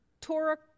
Torah